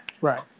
Right